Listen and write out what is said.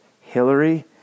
Hillary